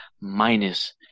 minus